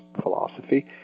philosophy